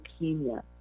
leukemia